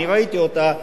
אני ראיתי אותה,